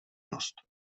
dost